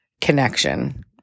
connection